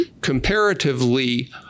comparatively